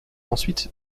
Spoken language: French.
ensuite